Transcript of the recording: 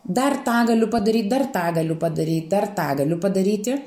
dar tą galiu padaryt dar tą galiu padaryt dar tą galiu padaryti